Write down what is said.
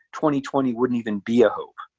twenty twenty wouldn't even be a hope.